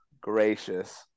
Gracious